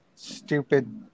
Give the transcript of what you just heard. Stupid